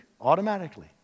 automatically